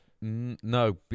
No